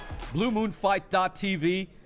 bluemoonfight.tv